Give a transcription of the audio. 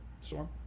Storm